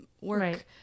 work